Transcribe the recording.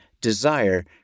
desire